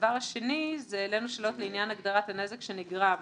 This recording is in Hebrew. הדבר השני, העלנו שאלות לעניין הגדרת הנזק שנגרם,